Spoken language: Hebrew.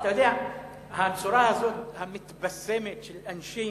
אתה יודע, הצורה הזאת, המתבשמת, של אנשים